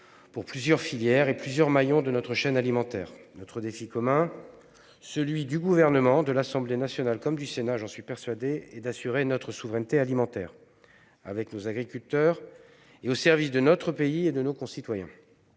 pour plusieurs filières et plusieurs maillons de notre chaîne alimentaire. Notre défi commun, celui du Gouvernement, de l'Assemblée nationale, comme du Sénat, j'en suis persuadé, est d'assurer notre souveraineté alimentaire, avec nos agriculteurs et au service de notre pays, de nos concitoyens.